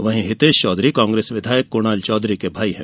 वहीं हितेश चौधरी कांग्रेस विधायक कुणाल चौधरी के भाई है